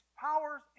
powers